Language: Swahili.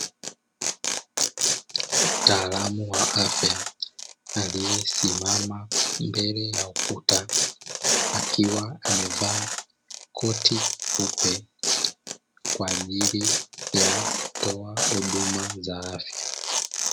Mtaalamu wa afya aliyesimama mbele ya ukuta, akiwa amevaa koti jeupe kwa ajili ya kutoa huduma za afya.